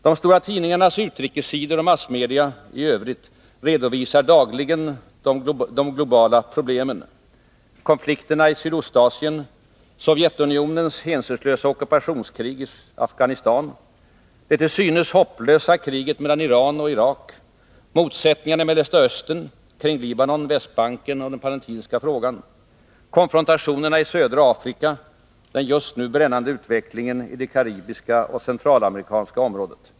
De stora tidningarnas utrikessidor och massmedia i övrigt redovisar dagligen den globala problematiken: konflikterna i Sydostasien, Sovjetunionens hänsynslösa ockupationskrig i Afghanistan, det till synes hopplösa kriget mellan Iran och Irak, motsättningarna i Mellersta östern, kring Libanon, Västbanken och den palestinska frågan, konfrontationerna i södra Afrika och den just nu brännande utvecklingen i det karibiska och centralamerikanska området.